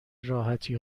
راحتی